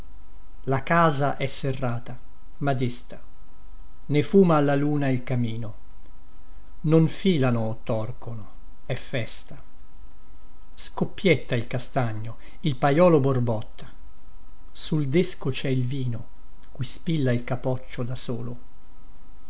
la casa è serrata ma desta ne fuma alla luna il camino non filano o torcono è festa scoppietta il castagno il paiolo borbotta sul desco cè il vino cui spilla il capoccio da solo